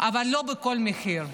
אבל לא בכל מחיר.